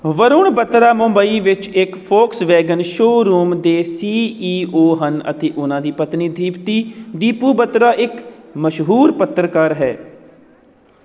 ਵਰੁਣ ਬੱਤਰਾ ਮੁੰਬਈ ਵਿੱਚ ਇੱਕ Volkswagen showroom ਦੇ ਸੀਈਓ ਹਨ ਅਤੇ ਉਨ੍ਹਾਂ ਦੀ ਪਤਨੀ ਦੀਪਤੀ ਦੀਪੂ ਬੱਤਰਾ ਇੱਕ ਮਸ਼ਹੂਰ ਪੱਤਰਕਾਰ ਹੈ